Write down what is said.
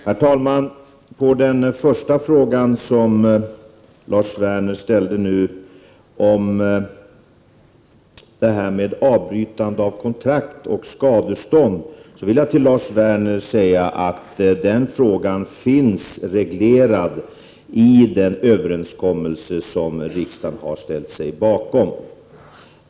Herr talman! På den fråga Lars Werner nu ställde om avbrytande av kontrakt och skadestånd vill jag svara att den frågan finns reglerad i den överenskommelse som riksdagen har ställt sig bakom.